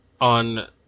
on